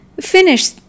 finish